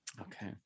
okay